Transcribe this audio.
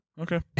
Okay